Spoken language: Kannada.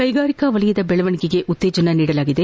ಕೈಗಾರಿಕಾ ವಲಯದ ಬೆಳವಣಿಗೆಗೆ ಉತ್ತೇಜನ ನೀಡಲಾಗಿದೆ